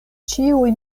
ĉiuj